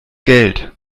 geld